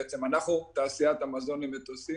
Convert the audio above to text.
אנחנו תעשיית המזון למטוסים